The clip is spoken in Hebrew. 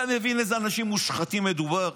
אתה מבין באיזה אנשים מושחתים מדובר?